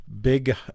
big